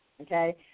okay